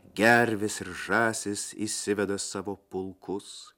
gervės ir žąsis išsiveda savo pulkus